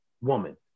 woman